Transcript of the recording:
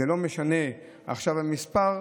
זה לא משנה עכשיו המספר.